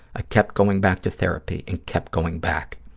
i kept going back to therapy and kept going back.